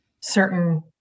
certain